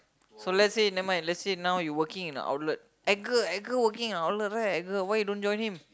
so let's say never mind let's say now you working in a outlet Edgar Edgar working in an outlet right why you don't join him